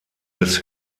des